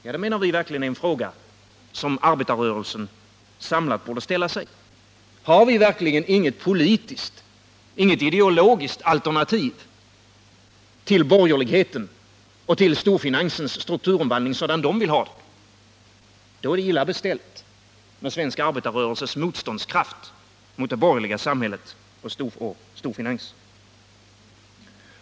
Vi menar att detta verkligen är en fråga som en samlad arbetarrörelse borde ställa sig. Har vi verkligen inget politiskt eller ideologiskt alternativ till borgerlighetens och storfinansens strukturomvandling sådan de vill ha den? Då är det illa ställt med den svenska arbetarrörelsens motståndskraft mot det borgerliga samhället och storfinansen.